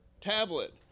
tablet